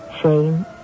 shame